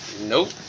Nope